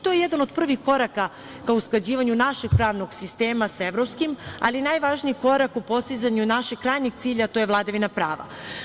To je jedan od prvih koraka ka usklađivanju našeg pravnog sistema sa evropskim, ali najvažniji korak u postizanju našeg krajnjeg cilja, a to je vladavina prava.